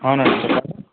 అవును అండి